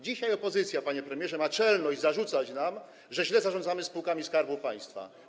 Dzisiaj opozycja, panie premierze, ma czelność zarzucać nam, że źle zarządzamy spółkami Skarbu Państwa.